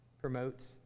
promotes